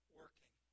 working